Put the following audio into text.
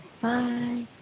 Bye